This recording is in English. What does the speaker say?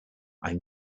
i’m